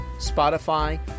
Spotify